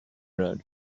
road